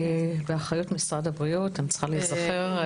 באחריות משרד הבריאות, אני צריכה להיזכר.